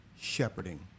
shepherding